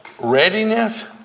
readiness